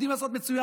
יודעים לעשות מצוין,